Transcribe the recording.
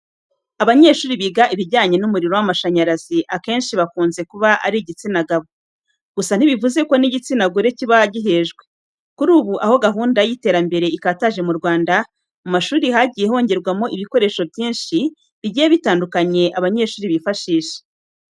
Abanyeshuri biga ibijyanye n'umuriro w'amashanyarazi, akenshi bakunze kuba ari igitsina gabo. Gusa ntibivuze ko n'igitsina gore kiba gihejwe. Kuri ubu, aho gahunda y'iterambere ikataje mu Rwanda, mu mashuri hagiye hongerwamo ibikoresho byinshi bigiye bitandukanye abanyeshuri bifashisha.